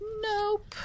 nope